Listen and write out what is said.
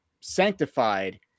sanctified